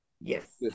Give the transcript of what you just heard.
Yes